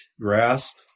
grasp